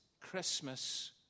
Christmas